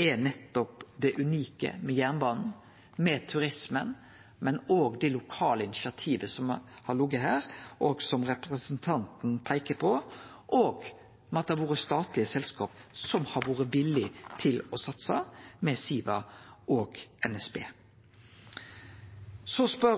er nettopp det unike med jernbana, med turismen, men òg det lokale initiativet som har lege der, som representanten peiker på, og at det har vore statlege selskap som har vore villige til å satse, med Siva og NSB. Så spør